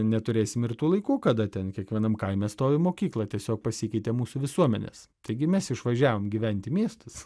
neturėsim ir tų laikų kada ten kiekvienam kaime stovi mokykla tiesiog pasikeitė mūsų visuomenės taigi mes išvažiavom gyventi į miestus